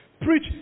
Preach